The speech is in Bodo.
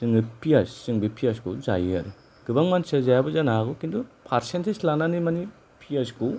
जोङो बे पियास जों बे पियासखौ जायो आरो गोबां मानसिया जायाबो जानो हागौ खिन्थु फारसेनटेज लानानै मानि पियासखौ